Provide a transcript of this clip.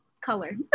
color